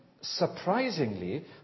surprisingly